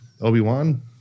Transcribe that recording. Obi-Wan